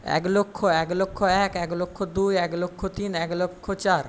এক লক্ষ এক লক্ষ এক এক লক্ষ দুই এক লক্ষ তিন এক লক্ষ চার